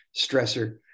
stressor